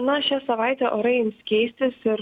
na šią savaitę orai ims keistis ir